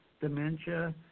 dementia